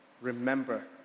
remember